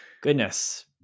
Goodness